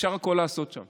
אפשר הכול לעשות שם